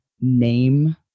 name